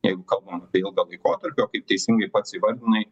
jeigu kalbam apie ilgą laikotarpį o kaip teisingai pats įvardinai